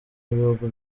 w’ibihugu